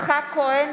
יצחק כהן,